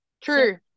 True